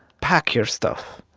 pack your stuff.